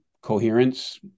coherence